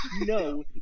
No